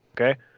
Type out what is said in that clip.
Okay